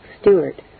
Stewart